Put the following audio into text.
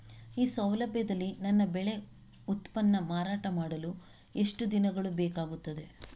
ಈ ಸೌಲಭ್ಯದಲ್ಲಿ ನನ್ನ ಬೆಳೆ ಉತ್ಪನ್ನ ಮಾರಾಟ ಮಾಡಲು ಎಷ್ಟು ದಿನಗಳು ಬೇಕಾಗುತ್ತದೆ?